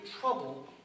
trouble